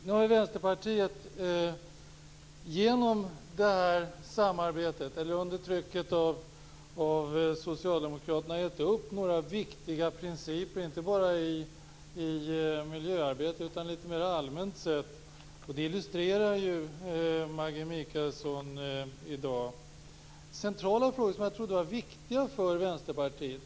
Nu har Vänsterpartiet genom det här samarbetet, eller under trycket av Socialdemokraterna, gett upp några viktiga principer, inte bara i miljöarbetet utan mera allmänt sett. Det illustrerar Maggi Mikaelsson i dag. Jag skall ta upp några centrala frågor som jag trodde var viktiga för Vänsterpartiet.